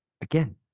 again